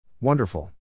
Wonderful